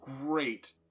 great